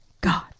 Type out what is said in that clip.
god